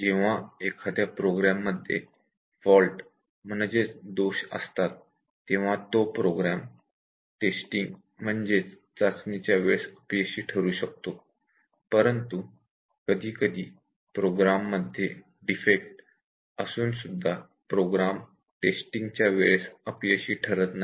जेव्हा एखाद्या प्रोग्राम मध्ये फॉल्ट म्हणजेच दोष असतात तेव्हा तो प्रोग्राम टेस्टिंगच्या वेळेस अपयशी ठरू शकतो परंतु कधीकधी प्रोग्राम मध्ये डिफेक्ट असून सुद्धा प्रोग्राम टेस्टिंगच्या वेळेस अपयशी ठरत नाही